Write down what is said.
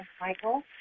Michael